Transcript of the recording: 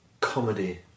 comedy